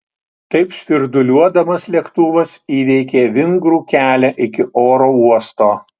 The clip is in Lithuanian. taip svirduliuodamas lėktuvas įveikė vingrų kelią iki oro uosto